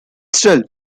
still